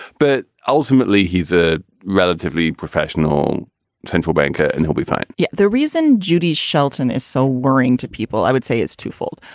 but ultimately, he's a relatively professional central banker and he'll be fine yeah, the reason judy shelton is so worrying to people, i would say, is twofold.